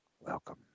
welcome